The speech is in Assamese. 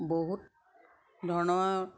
বহুত ধৰণৰ